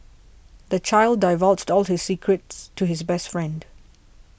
the child divulged all his secrets to his best friend